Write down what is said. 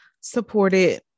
supported